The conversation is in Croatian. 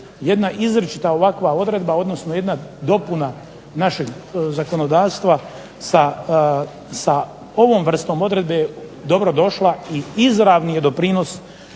jedna izričita ovakva odredba odnosno jedna dopuna našeg zakonodavstva sa ovom vrstom odredbe je dobrodošla i izravni je doprinos